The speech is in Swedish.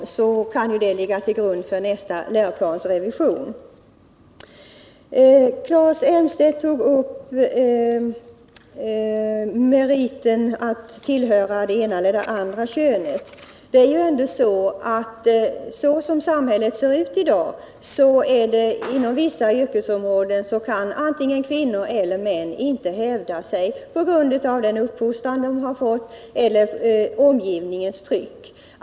Dessa kan sedan ligga till grund vid nästa Claes Elmstedt tog upp meriten att tillhöra det ena eller det andra könet. Det är ju ändå så, att så som samhället ser ut i dag kan antingen kvinnor eller män inte hävda sig på grund av den uppfostran de har fått eller omgivningens tryck.